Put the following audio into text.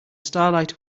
starlight